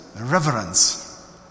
Reverence